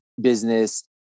business